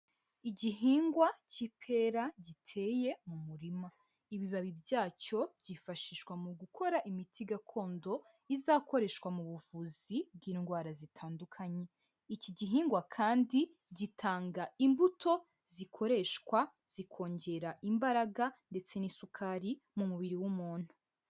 Igihingwa cy'ipera giteye mu murima. Ibibabi byacyo byifashishwa mu gukora imiti gakondo izakoreshwa mu buvuzi bw'indwara zitandukanye. Iki gihingwa kandi gitanga imbuto zikoreshwa zikongera imbaraga ndetse n'isukari mu mubiri w'umuntu.